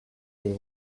they